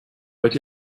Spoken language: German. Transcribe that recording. wollt